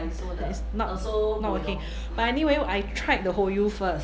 it's not not working but anyway I tried the Hoyu first